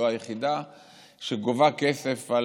היא לא היחידה שגובה כסף,